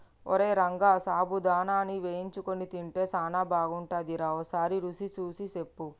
ఓరై రంగ సాబుదానాని వేయించుకొని తింటే సానా బాగుంటుందిరా ఓసారి రుచి సూసి సెప్పు